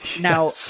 now